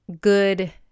good